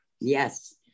Yes